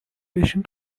بشین